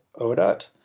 ODOT